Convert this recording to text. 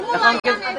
אם הוא לא היה נעצר.